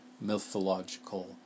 mythological